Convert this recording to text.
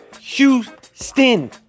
Houston